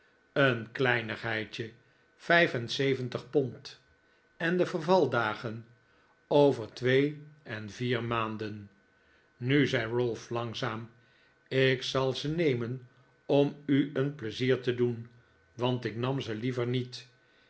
een kleinigheidje vijf en zeventig pond en de vervaldagen over twee en vier maanden nu zei ralph langzaam ik zal ze nemen om u een pleizier te doen want ik nam ze liever niet